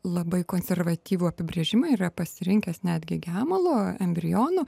labai konservatyvų apibrėžimą yra pasirinkęs netgi gemalo embrionų